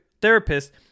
therapist